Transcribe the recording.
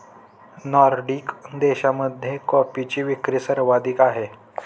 Nordic देशांमध्ये कॉफीची विक्री सर्वाधिक आहे